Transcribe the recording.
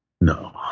No